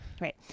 right